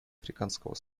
африканского